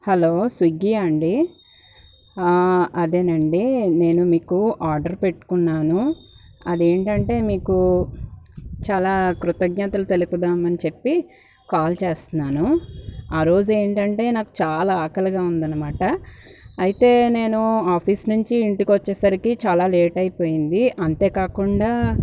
hello స్విగ్గియా అండి అదేనండి నేను మీకు ఆర్డర్ పెట్టుకున్నాను అదేంటంటే మీకు చాలా కృతజ్ఞతలు తెలుపుదాం అని చెప్పి కాల్ చేస్తున్నాను ఆరోజు ఏంటంటే నాకు చాలా ఆకలిగా ఉంది అనమాట అయితే నేను ఆఫీస్ నుంచి ఇంటికి వచ్చేసరికి చాలా లేట్ అయిపోయింది అంతేకాకుండా